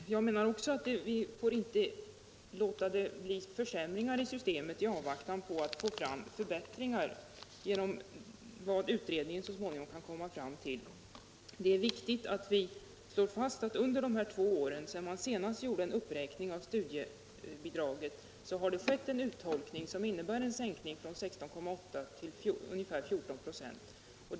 Herr talman! Jag menar också att vi inte får låta de studerande drabbas av försämringar i avvaktan på de förbättringar som utredningen så småningom kan komma fram till. Det är viktigt att slå fast att det under de två år som gått sedan man senast gjorde en uppräkning av studiebidraget har skett en urholkning av bidraget som innebär en sänkning från 16,8 till ungefär 14 96.